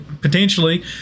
potentially